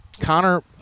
Connor